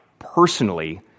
personally